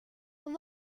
wire